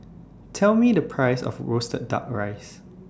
Tell Me The Price of Roasted Duck Rice